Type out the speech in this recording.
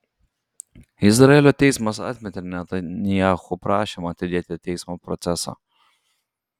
izraelio teismas atmetė netanyahu prašymą atidėti teismo procesą